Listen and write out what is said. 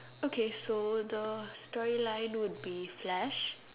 okay so the story line would be flash